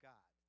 God